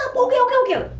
okay, okay, okay.